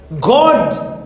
God